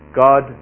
God